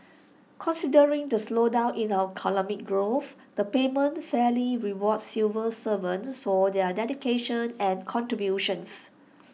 considering the slowdown in our economic growth the payment fairly rewards civil servants for their dedication and contributions